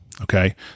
Okay